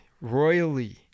royally